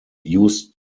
used